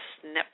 snip